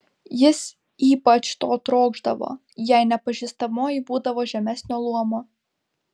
jis ypač to trokšdavo jei nepažįstamoji būdavo žemesnio luomo